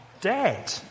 dead